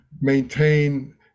maintain